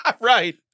right